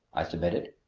i submitted.